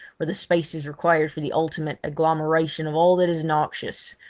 where the space is required for the ultimate agglomeration of all that is noxious,